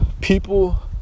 people